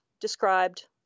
described